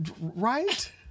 Right